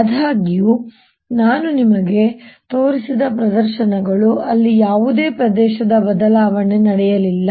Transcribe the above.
ಆದಾಗ್ಯೂ ನಾನು ನಿಮಗೆ ತೋರಿಸಿದ ಪ್ರದರ್ಶನಗಳು ಅಲ್ಲಿ ಯಾವುದೇ ಪ್ರದೇಶದ ಬದಲಾವಣೆ ನಡೆಯಲಿಲ್ಲ